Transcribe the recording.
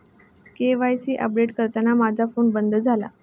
KYC update करताना माझा phone बंद झाला